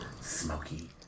smoky